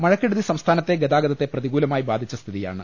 മഴക്കെടുതി സംസ്ഥാനത്തെ ഗതാഗത്തെ പ്രതികൂലമായി ബാധിച്ച സ്ഥിതിയാണ്